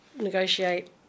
negotiate